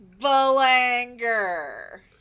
Belanger